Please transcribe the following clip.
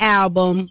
album